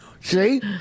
See